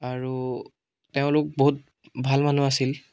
আৰু তেওঁলোক বহুত ভাল মানুহ আছিল